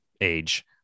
age